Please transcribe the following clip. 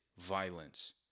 violence